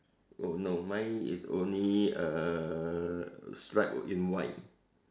oh no mine is only err stripe in white